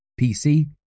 PC